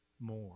more